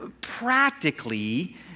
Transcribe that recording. practically